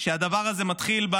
שהדבר הזה מתחיל,